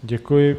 Děkuji.